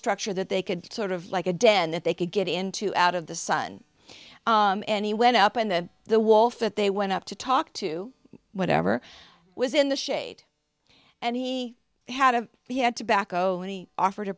structure that they could sort of like a dead end that they could get into out of the sun and he went up in the the wall fit they went up to talk to whatever was in the shade and he had a he had tobacco any offered a